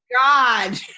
God